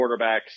quarterbacks